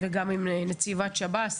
וגם עם נציבת שב"ס,